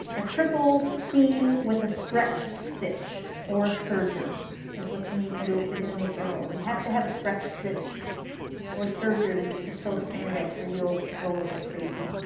a triple seam with a stretch stitch or a serger is what you need to do if you're gonna make your own, you have to have a stretch stitch or a serger to to sew spandex or you'll go a little crazy